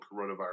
coronavirus